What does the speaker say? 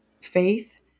faith